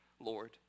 Lord